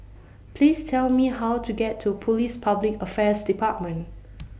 Please Tell Me How to get to Police Public Affairs department